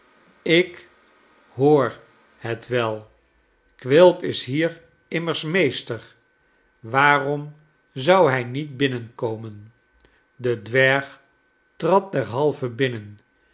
ik hoor het wel quilp is hier immers meester waarom zou hij niet binnenkomen de dwerg trad derhalve binnen